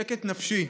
שקט נפשי.